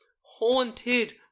Haunted